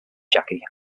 jackie